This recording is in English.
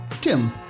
Tim